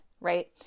right